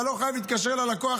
אתה לא חייב להתקשר ללקוח,